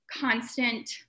constant